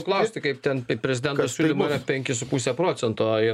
klausti kaip ten p prezidento siūlymai yra penki su puse procento ir